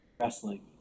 wrestling